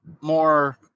More